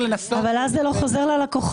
לנסות- -- אבל אז זה לא חוזר ללקוחות.